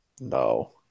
no